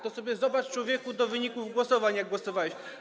To sobie zobacz, człowieku, wyniki głosowań, jak głosowałeś.